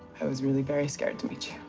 i was really very scared to meet you.